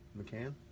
McCann